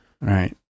Right